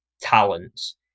talents